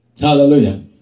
Hallelujah